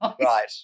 right